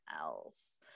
else